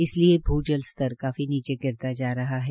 इसलिये भू जल स्तर काफी नीचे गिरता जा रहा है